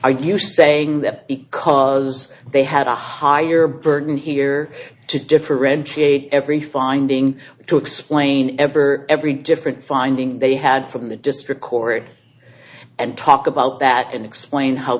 are you saying that because they had a higher burden here to differentiate every finding to explain ever every different finding they had from the district court and talk about that and explain how